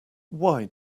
why